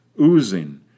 oozing